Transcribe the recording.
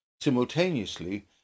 Simultaneously